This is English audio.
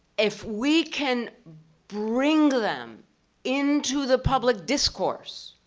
if we can bring them into the public discourse,